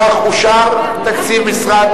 כך אושר תקציב משרד